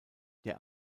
der